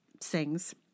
sings